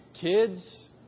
Kids